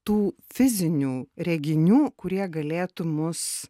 tų fizinių reginių kurie galėtų mus